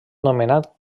nomenat